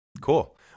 cool